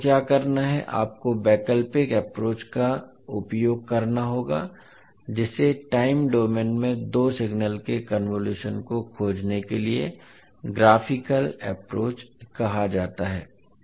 तो आपको क्या करना है आपको वैकल्पिक एप्रोच का उपयोग करना होगा जिसे टाइम डोमेन में दो सिग्नल के कन्वोलुशन को खोजने के लिए ग्राफिकल एप्रोच कहा जाता है